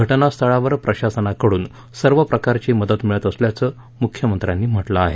घटनास्थळावर प्रशासनाकडून सर्व प्रकारची मदत मिळत असल्याचं मुख्यमंत्र्यांनी म्हटलं आहे